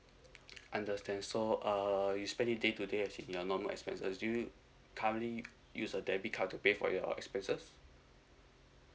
understand so uh you spending day to day as your normal expenses do you currently use a debit card to pay for your expenses